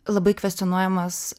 labai kvestionuojamas